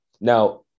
Now